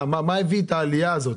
מה הביא לעלייה הזאת.